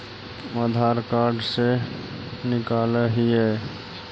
आधार card से निकाल हिऐ?